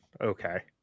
Okay